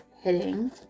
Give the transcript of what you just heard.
hitting